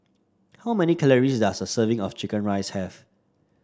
how many calories does a serving of chicken rice have